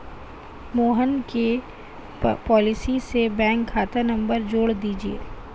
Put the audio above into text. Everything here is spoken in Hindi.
मोहन के पॉलिसी से बैंक खाता नंबर जोड़ दीजिए